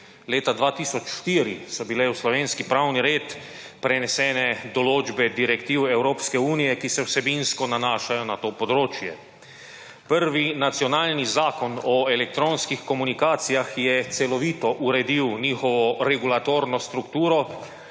leta 2004, so bile v slovenski pravni red prenesene določbe direktive Evropske unije, ki se vsebinsko nanašajo na to področje. Prvi nacionalni zakon o elektronskih komunikacijah je celovito uredil njihovo regulatorno strukturo,